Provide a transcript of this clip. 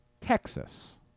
Texas